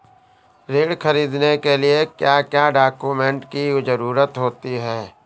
ऋण ख़रीदने के लिए क्या क्या डॉक्यूमेंट की ज़रुरत होती है?